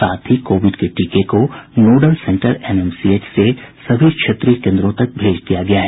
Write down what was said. साथ ही कोविड के टीके को नोडल सेंटर एनएमसीएच से सभी क्षेत्रीय केन्द्रों तक भेज दिया गया है